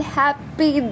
happy